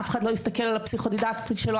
אף אחד לא יסתכל על האבחון הפסיכודידקטי שלו,